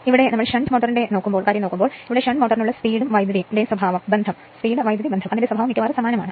ഇവിടെ ഷണ്ട് മോട്ടോറിനുള്ള speed current സ്വഭാവം മിക്കവാറും സമാനമാണ്